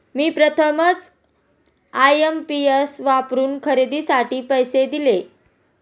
मी प्रथमच आय.एम.पी.एस वापरून खरेदीसाठी पैसे दिले